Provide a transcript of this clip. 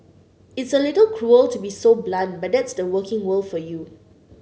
it's a little cruel to be so blunt but that's the working world for you